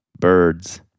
birds